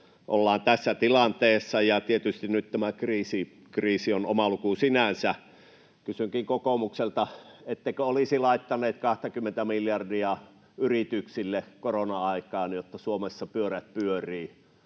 ollaan tässä tilanteessa, ja tietysti nyt tämä kriisi on oma luku sinänsä. Kysynkin kokoomukselta: ettekö olisi laittaneet 20:tä miljardia yrityksille korona-aikaan, jotta Suomessa pyörät pyörivät?